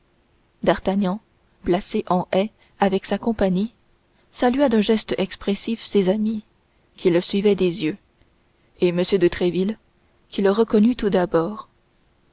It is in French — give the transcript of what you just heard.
d'artagnan placé en haie avec sa compagnie salua d'un geste expressif ses amis qui lui répondirent des yeux et m de tréville qui le reconnut tout d'abord